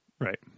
Right